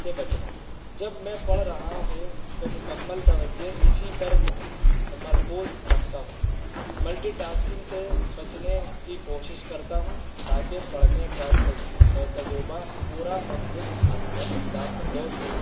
سے بچنا جب میں پڑھ رہا ہوں تو مکمل توجہ اسی پر مرکوز رکھتا ہوں ملٹی ٹاسکنگ سے بچنے کی کوشش کرتا ہوں تاکہ پڑھنے کا تجربہ پورا اور لطف اندوز ہو